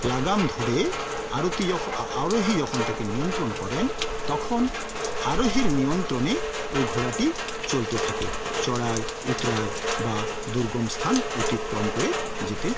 লাগাম ধরে আরতি যখন আরোহী যখন তাকে নিয়ন্ত্রণ করেন তখন আরোহীর নিয়ন্ত্রণে ওই ঘোড়াটি চলতে থাকে চড়াই উৎরাই বা দুর্গম স্থান অতিক্রম করে যেতে